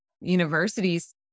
universities